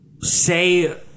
say